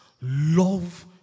love